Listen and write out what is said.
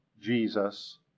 Jesus